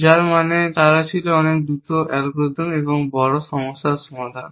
যার মানে তারা ছিল অনেক দ্রুত অ্যালগরিদম এবং বড় সমস্যা সমাধান